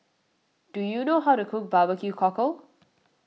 do you know how to cook Barbecue Cockle